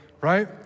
right